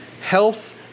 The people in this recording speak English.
health